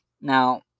Now